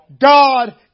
God